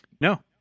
No